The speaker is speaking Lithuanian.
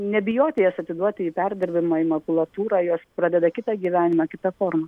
nebijoti jas atiduoti į perdirbimą į makulatūrą jos pradeda kitą gyvenimą kita forma